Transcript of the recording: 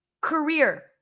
career